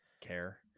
care